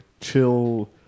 Chill